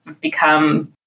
become